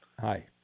Hi